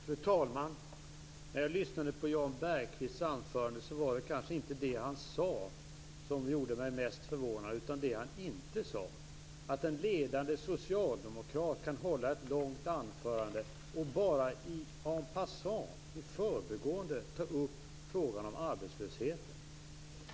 Fru talman! När jag lyssnade på Jan Bergqvists anförande var det kanske inte det han sade som gjorde mig mest förvånad utan det han inte sade. Tänk att en ledande socialdemokrat kan hålla ett långt anförande och bara en passant - i förbigående - ta upp frågan om arbetslösheten!